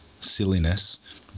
silliness